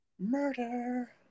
Murder